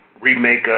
remake